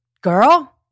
girl